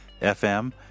fm